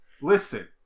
listen